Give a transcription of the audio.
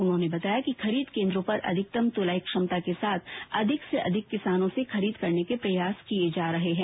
उन्होंने बताया कि खरीद केन्द्रों पर अधिकतम तुलाई क्षमता के साथ अधिक से अधिक किसानों से खरीद करने के प्रयास किये जा रहे हैं